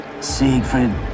Siegfried